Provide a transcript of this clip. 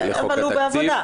בסדר, אבל הוא בעבודה.